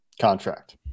contract